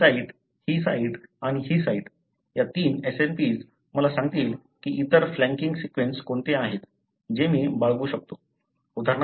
ही site ही site आणि ही साइट या तीन SNPs मला सांगतील की इतर फ्लॅंकिंग सीक्वेन्स कोणते आहेत जे मी बाळगू शकतो